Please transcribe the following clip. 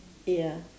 ya